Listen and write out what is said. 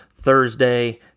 Thursday